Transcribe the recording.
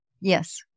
Yes